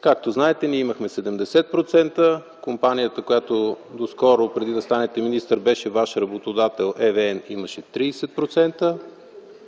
Както знаете, ние имахме 70%. Компанията, която доскоро – преди да станете министър, беше Ваш работодател, ЕVN имаше 30%.